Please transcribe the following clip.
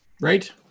Right